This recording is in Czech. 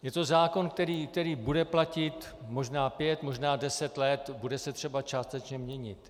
Je to zákon, který bude platit možná pět, možná deset let, bude se třeba částečně měnit.